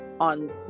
on